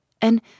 And